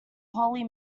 holy